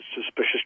suspicious